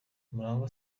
murangwa